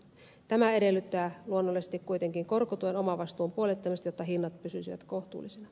tämä edellyttää luonnollisesti korkotuen omavastuun puolittamista jotta hinnat pysyisivät kohtuullisina